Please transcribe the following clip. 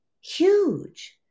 Huge